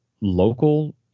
local